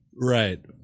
Right